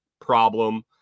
problem